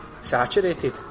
saturated